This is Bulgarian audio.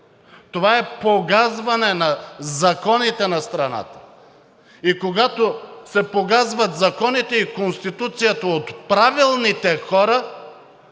Това е погазване на законите на страната и когато се погазват законите и Конституцията от правилните хора,